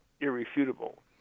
irrefutable